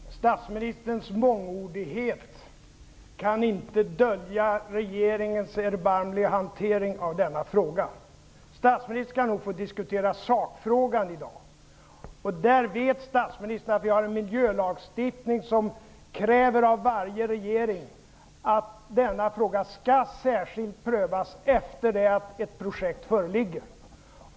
Fru talman! Statsministerns mångordighet kan inte dölja regeringens erbarmliga hantering av denna fråga. Statsministern skall nog få diskutera sakfrågan i dag. Han vet att vi har en miljölagstiftning som av varje regering kräver att denna fråga särskilt skall prövas efter det att ett projekt föreligger.